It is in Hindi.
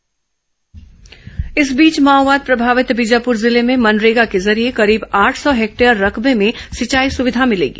मनरेगा कार्य इस बीच माओवाद प्रभावित बीजापुर जिले में मनरेगा के जरिए करीब आठ सौ हेक्टेयर रकबे में सिंचाई सुविधा मिलेगी